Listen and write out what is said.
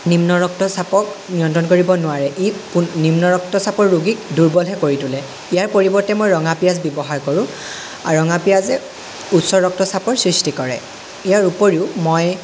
নিম্ন ৰক্তচাপক নিয়ন্ত্ৰণ কৰিব নোৱাৰে ই নিম্ন ৰক্তচাপৰ ৰোগীক দুৰ্বলহে কৰি তোলে ইয়াৰ পৰিৱৰ্তে মই ৰঙা পিঁয়াজ ব্যৱহাৰ কৰোঁ আৰু ৰঙা পিঁয়াজে উচ্চ ৰক্তচাপৰ সৃষ্টি কৰে ইয়াৰ উপৰিও মই